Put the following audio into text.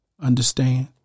understand